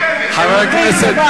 רק תירוצים.